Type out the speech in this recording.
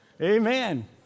Amen